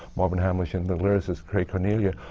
marvin hamlisch, and the lyricist, craig carnelia,